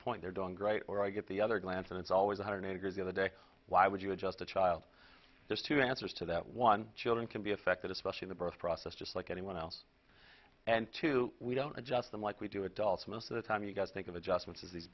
point they're doing great or i get the other glance and it's always a hundred years the other day why would you adjust the child there's two answers to that one children can be affected especially the birth process just like anyone else and to we don't adjust them like we do adults most of the time you got to think of adjustments as these